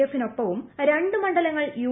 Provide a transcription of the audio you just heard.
എഫിനൊപ്പവും രണ്ട് മണ്ഡലങ്ങൾ യു